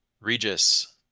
Regis